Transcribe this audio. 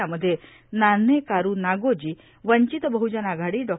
यामध्ये नाव्हे कारू नागोजी वंचित बहुजन आघाडी डॉ